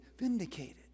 vindicated